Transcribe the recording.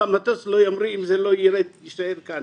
המטוס לא ימריא אם זה לא יישאר כאן.